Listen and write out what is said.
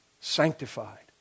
sanctified